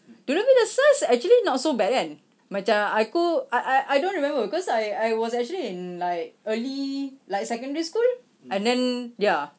do you remember the SARS actually not so bad kan macam aku I I I don't remember cause I I was actually in like early like secondary school and then ya